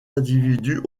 individus